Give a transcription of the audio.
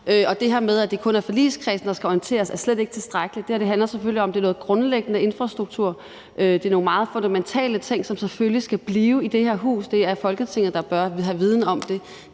det her med, at det kun er forligskredsen, der skal orienteres, er slet ikke tilstrækkeligt. Det her handler selvfølgelig om, at det er noget grundlæggende infrastruktur. Det er nogle meget fundamentale ting, som selvfølgelig skal blive i det her hus. Det er Folketinget, der bør have viden om det.